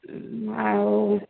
ଆଉ